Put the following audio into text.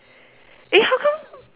eh how come